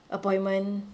appointment